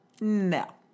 No